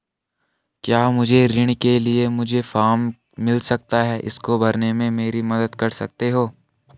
क्या मुझे ऋण के लिए मुझे फार्म मिल सकता है इसको भरने में मेरी मदद कर सकते हो?